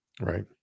Right